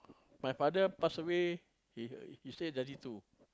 my father pass away he he still thirty two